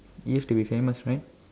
used to be famous right